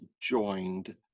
joined